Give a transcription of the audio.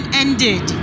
ended